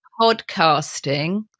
podcasting